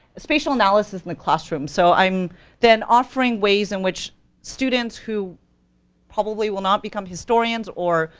spatial analysis in the classroom, so i'm then offering ways in which students who probably will not become historians, or,